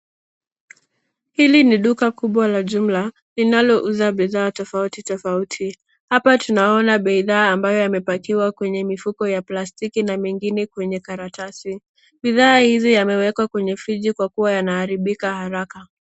Hili ni duka kubwa la jumla linalouza bidhaa tofautitofauti. Hapa tunaona bidhaa ambayo yamepakiwa kwenye mifuko ya plastiki, na mengine kwenye karatasi. Bidhaa hizi yamewekwa kwenye friji kwa kuwa yanaharibika haraka.